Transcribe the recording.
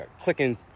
clicking